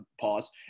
pause